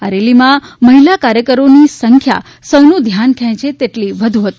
આ રેલી માં મહિલા કાર્યકરો ની સંખ્યા સૌ નું ધ્યાન ખેચે તેટલી વધુ હતી